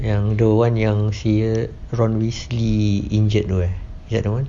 yang the one yang ron weasley injured tu ya that [one]